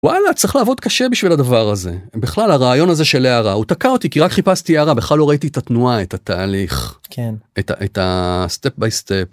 וואלה צריך לעבוד קשה בשביל הדבר הזה בכלל הרעיון הזה של הארה הוא תקע אותי כי רק חיפשתי הארה בכלל לא ראיתי את התנועה את התהליך, כן, את הstep by step.